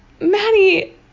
Maddie